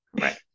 Right